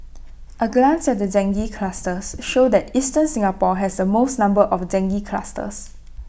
A glance at the dengue clusters show that eastern Singapore has the most number of dengue clusters